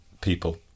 people